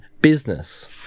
business